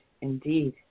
indeed